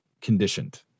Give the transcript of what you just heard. conditioned